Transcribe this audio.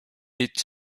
est